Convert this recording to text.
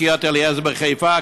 מקריית-אליעזר בחיפה,